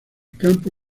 campo